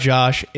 Josh